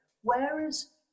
whereas